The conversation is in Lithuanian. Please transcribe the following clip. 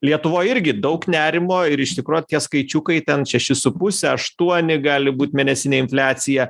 lietuvoj irgi daug nerimo ir iš tikrųjų tie skaičiukai ten šešis su puse aštuoni gali būt mėnesinė infliacija